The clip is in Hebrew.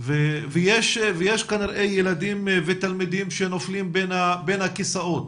ויש כנראה ילדים ותלמידים שנופלים בין הכיסאות